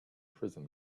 prison